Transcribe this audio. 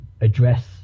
address